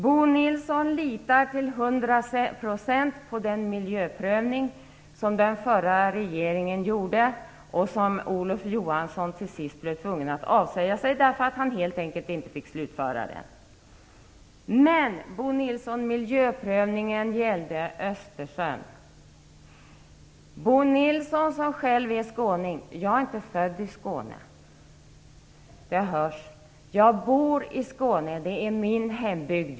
Bo Nilsson litar till hundra procent på den miljöprövning som den förra regeringen gjorde och som Olof Johansson till sist blev tvungen att avsäga sig därför att han helt enkelt inte fick slutföra den. Men, Bo Nilsson, miljöprövningen gällde Östersjön. Jag är inte född i Skåne, det hörs. Jag bor i Skåne. Det är min hembygd.